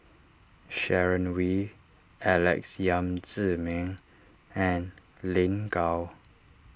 Sharon Wee Alex Yam Ziming and Lin Gao